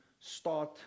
start